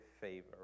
favor